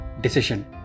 decision